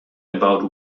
about